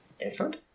excellent